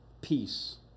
peace